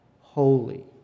holy